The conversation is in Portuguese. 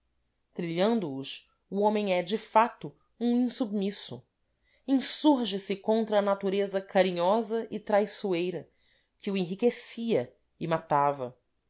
revolta trilhando os o homem é de fato um insubmisso insurge se contra a natureza carinhosa e traiçoeira que o enriquecia e matava